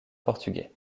portugais